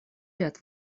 ряд